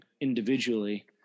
individually